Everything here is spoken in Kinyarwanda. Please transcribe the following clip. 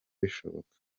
bishoboka